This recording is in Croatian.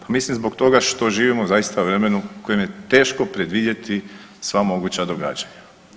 Pa mislim zbog toga što živimo u zaista vremenu u kojem je teško predvidjeti sva moguća događanja.